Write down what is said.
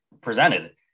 presented